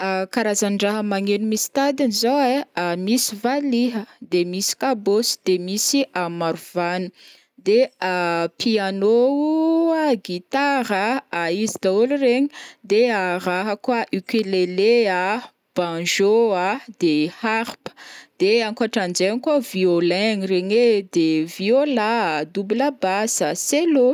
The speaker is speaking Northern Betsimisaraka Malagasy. karazan-draha magneno misy tadiny zao ai, misy valiha, de misy kabôsy, de misy marovany, de piano o, guitara a, izy daholy regny, de raha koa: ukulélé a, banjo a, de harpe, de ankoatran- jaign koa o violon regny ee, de viola, double basa, célo.